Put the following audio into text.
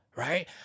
Right